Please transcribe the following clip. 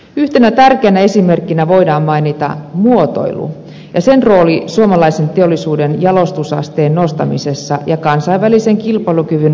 yhtenä tärkeänä esimerkkinä voidaan mainita muotoilu ja sen rooli suomalaisen teollisuuden jalostusasteen nostamisessa ja kansainvälisen kilpailukyvyn vahvistamisessa